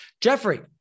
Jeffrey